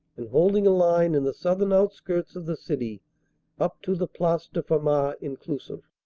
and holding a line in the southern outskirts of the city up to the place de famars inclusive.